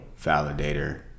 validator